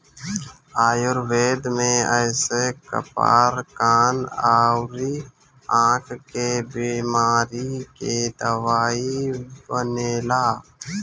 आयुर्वेद में एसे कपार, कान अउरी आंख के बेमारी के दवाई बनेला